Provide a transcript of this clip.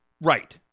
Right